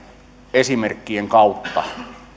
esimerkkien kautta